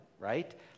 right